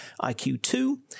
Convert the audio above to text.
IQ2